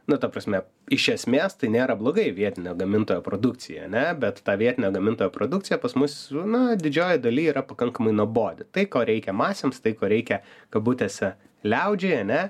nu ta prasme iš esmės tai nėra blogai vietinio gamintojo produkcija ane bet tą vietinio gamintojo produkciją pas mus na didžiojoj daly yra pakankamai nuobodi tai ko reikia masėms tai ko reikia kabutėse liaudžiai ane